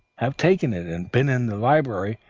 have taken it, and been in the library,